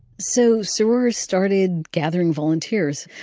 so sroor started gathering volunteers.